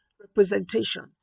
representation